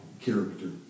character